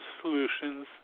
solutions